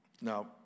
Now